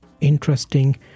interesting